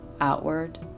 outward